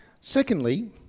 Secondly